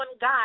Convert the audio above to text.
God